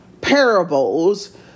parables